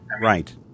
Right